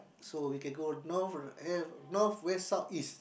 so we can go north eh north west south east